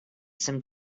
some